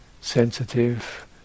sensitive